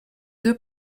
deux